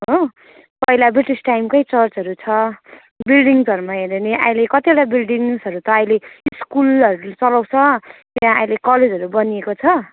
हो पहिला ब्रिटिस टाइमकै चर्चहरू छ बिल्डिङ्सहरूमा हेऱ्यो भने अहिले कतिवटा बिल्डिङ्सहरू त अहिले स्कुलहरूले चलाउँछ त्यहाँ अहिले कलेजहरू बनिएको छ